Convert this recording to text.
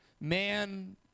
man